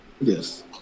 Yes